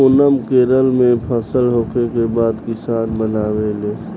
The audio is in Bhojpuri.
ओनम केरल में फसल होखे के बाद किसान मनावेले